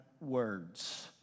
words